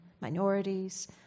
minorities